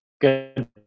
good